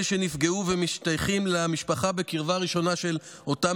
אלה שנפגעו ומשתייכים למשפחה בקרבה ראשונה של אותם